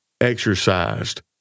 exercised